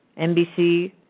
NBC